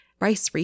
Rice